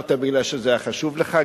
שנשארת מפני שזה היה חשוב לך.